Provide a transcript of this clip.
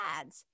ads